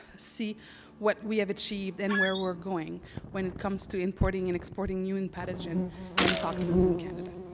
see what we have achieved and where we are going when it comes to importing and exporting human pathogen and toxins in canada.